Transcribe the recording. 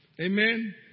Amen